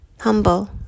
humble